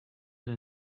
and